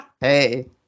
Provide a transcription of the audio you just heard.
Hey